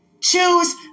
Choose